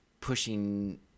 pushing